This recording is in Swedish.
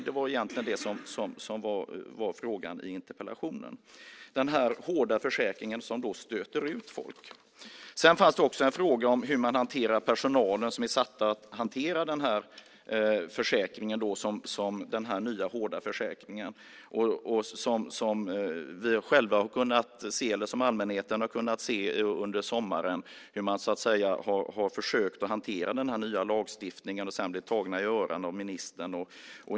Det var egentligen frågan i interpellationen. Sedan fanns det också en fråga om hur man hanterar den personal som är satt att hantera denna nya hårda försäkring. Allmänheten har under sommaren kunnat se hur personalen har försökt att hantera denna nya lagstiftning och sedan blivit tagen i örat av ministern.